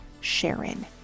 Sharon